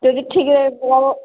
ଯଦି ଠିକ ରେଟ୍ ନେବ